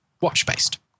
watch-based